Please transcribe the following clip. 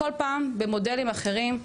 כל פעם במודלים אחרים,